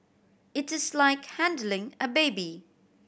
it is like handling a baby